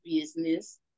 business